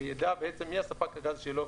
יידע בעצם מי ספק הגז שלו,